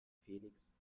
felix